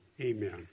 Amen